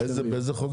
אנחנו צריכים